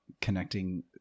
connecting